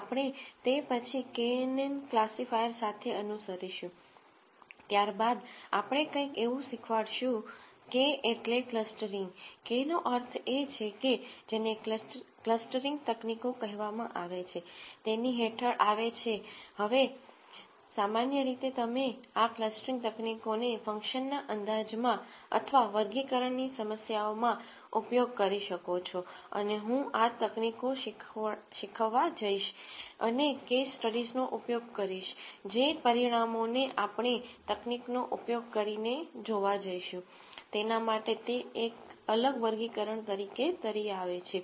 આપણે તે પછી knn ક્લાસિફાયર સાથે અનુસરીશું ત્યારબાદ આપણે કંઇક એવું શીખવાડીશું k મીન્સ કલ્સ્ટરીંગk - means clustering k નો અર્થ એ છે કે જેને ક્લસ્ટરિંગ તકનીકો કહેવામાં આવે તેની હેઠળ આવે છે હવે સામાન્ય રીતે તમે આ ક્લસ્ટરીંગ તકનીકોને ફંકશનના અંદાજમાં અથવા વર્ગીકરણની સમસ્યાઓમાં ઉપયોગ કરી શકો છો અને હું આ તકનીકો શીખવવા જઈશ અને કેસ સ્ટડીઝનો ઉપયોગ કરીશ જે પરિણામોને આપણે આ તકનીકોનો ઉપયોગ કરીને જોવા જઈશું તેના માટે તે એક અલગ વર્ગીકરણ તરીકે તરી આવે છે